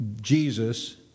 Jesus